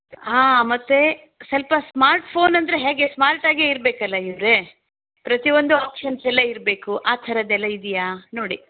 ಹಾಂ ಮತ್ತೆ ಸ್ವಲ್ಪ ಸ್ಮಾರ್ಟ್ ಫೋನ್ ಅಂದರೆ ಹೇಗೆ ಸ್ಮಾರ್ಟಾಗೆ ಇರಬೇಕಲ್ಲ ಇವರೇ ಪ್ರತಿ ಒಂದು ಆಪ್ಷನ್ಸೆಲ್ಲ ಇರಬೇಕು ಆ ಥರದ್ದೆಲ್ಲ ಇದೆಯಾ ನೋಡಿ